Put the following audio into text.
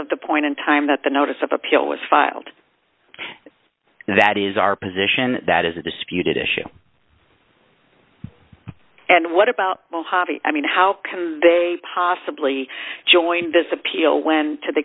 of the point in time that the notice of appeal was filed that is our position that is a disputed issue and what about mojave i mean how can they possibly join this appeal when to the